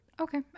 okay